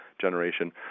generation